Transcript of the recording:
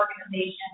organization